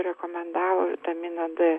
rekomendavo vitaminą d